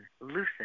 loosen